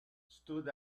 stood